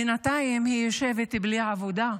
בינתיים היא יושבת בלי עבודה.